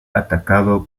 atacado